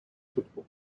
football